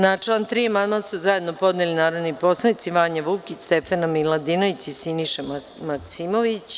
Na član 3. amandman su zajedno podneli narodni poslanici Vanja Vukić, Stefana Miladinović i Siniša Maksimović.